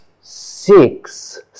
Six